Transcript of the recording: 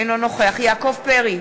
אינו נוכח יעקב פרי,